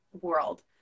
world